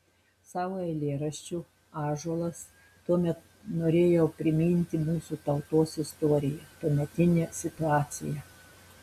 savo eilėraščiu ąžuolas tuomet norėjau priminti mūsų tautos istoriją tuometinę situaciją